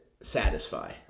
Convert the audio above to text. satisfy